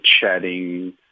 chatting